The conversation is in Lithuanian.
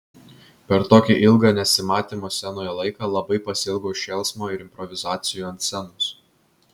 per tokį ilgą nesimatymo scenoje laiką labai pasiilgau šėlsmo ir improvizacijų ant scenos